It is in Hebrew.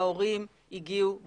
ההורים הגיעו ברישיון.